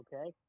okay